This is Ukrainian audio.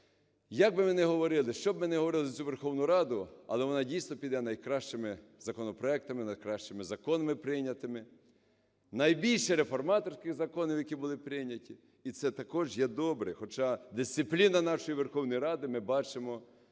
Як би ми не говорили, щоб ми не говорили за цю Верховну Раду, але вона, дійсно, піде з найкращими законопроектами, найкращими законами прийнятими. Найбільше реформаторських законів, які були прийняті. І це також є добре. Хоча дисципліна нашої Верховної Ради, ми бачимо,